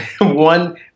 one